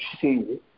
see